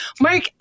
Mark